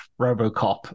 Robocop